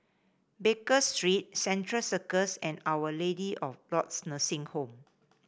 Baker Street Central Circus and Our Lady of Lourdes Nursing Home